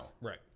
right